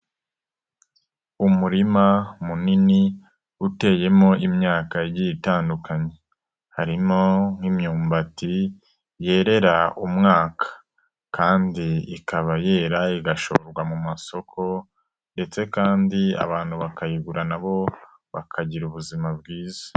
Umurima munini uteyemo imyaka itandukanye. Harimo nk'imyumbati yerera umwaka kandi ikaba yera igashorwa mu masoko ndetse kandi abantu bakayigura na bo bakagira ubuzima bwiza.